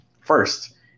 first